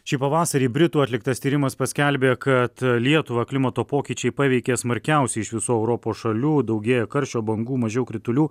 šį pavasarį britų atliktas tyrimas paskelbė kad lietuvą klimato pokyčiai paveikė smarkiausiai iš visų europos šalių daugėja karščio bangų mažiau kritulių